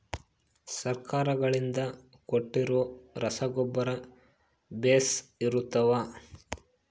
ಸರ್ಕಾರಗಳಿಂದ ಕೊಟ್ಟಿರೊ ರಸಗೊಬ್ಬರ ಬೇಷ್ ಇರುತ್ತವಾ?